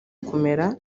kumera